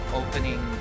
opening